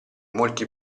molti